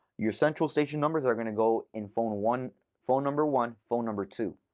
your central station numbers are going to go in phone one phone number one, phone number two.